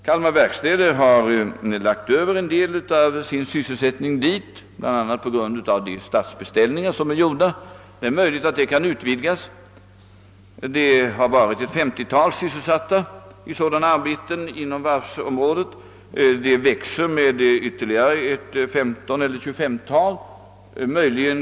Kalmar verkstäder har lagt över en del av sin sysselsättning dit, bl.a. på grund av de statsbeställningar som har gjorts. Det är tänkbart att denna verksamhet kan utvidgas. Ett 50-tal personer har sysselsatts i dessa arbeten inom varvsområdet, och ytterligare ett 15 eller 25-tal tillkommer.